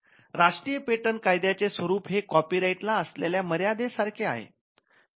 राष्ट्रीय पेटंट कायद्याचे स्वरूप हे कॉपी राईट ला असलेल्या मर्यादे सारखे आहे